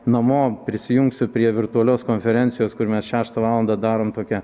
namo prisijungsiu prie virtualios konferencijos kur mes šeštą valandą darom tokią